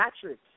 Patrick